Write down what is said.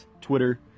Twitter